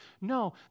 no